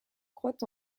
croit